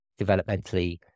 developmentally